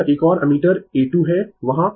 यह एक और एमीटर A 2 है वहां